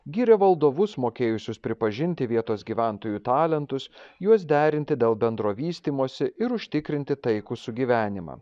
gyrė valdovus mokėjusius pripažinti vietos gyventojų talentus juos derinti dėl bendro vystymosi ir užtikrinti taikų sugyvenimą